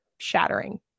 shattering